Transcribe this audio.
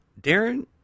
Darren